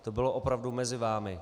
To bylo opravdu mezi vámi.